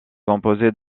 composé